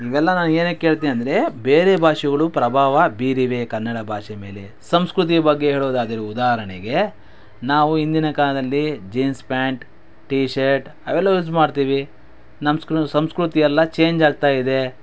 ಇವೆಲ್ಲ ನಾನು ಏನಕ್ಕೆ ಹೇಳ್ತಿನೆಂದರೆ ಬೇರೆ ಭಾಷೆಗಳು ಪ್ರಭಾವ ಬೀರಿವೆ ಕನ್ನಡ ಭಾಷೆ ಮೇಲೆ ಸಂಸ್ಕೃತಿಯ ಬಗ್ಗೆ ಹೇಳುವುದಾದರೆ ಉದಾಹರಣೆಗೆ ನಾವು ಇಂದಿನ ಕಾಲದಲ್ಲಿ ಜೀನ್ಸ್ ಪ್ಯಾಂಟ್ ಟೀ ಶರ್ಟ್ ಅವೆಲ್ಲ ಯೂಸ್ ಮಾಡ್ತೀವಿ ನಮ್ ಸ್ಕ್ರ ಸಂಸ್ಕೃತಿಯೆಲ್ಲ ಚೇಂಜ್ ಆಗ್ತಾಯಿದೆ